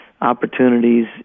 opportunities